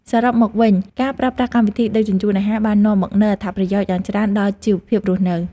សរុបមកវិញ ការប្រើប្រាស់កម្មវិធីដឹកជញ្ជូនអាហារបាននាំមកនូវអត្ថប្រយោជន៍យ៉ាងច្រើនដល់ជីវភាពរស់នៅ។